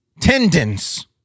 Tendons